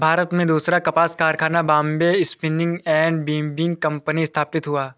भारत में दूसरा कपास कारखाना Bombay spinning and weaving company स्थापित हुआ